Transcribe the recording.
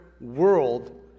world